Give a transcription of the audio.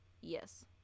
Yes